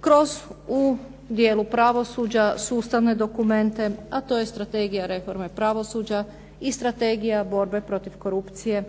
kroz, u dijelu pravosuđa, sustavne dokumente a to je strategija reforme pravosuđa i strategija borbe protiv korupcije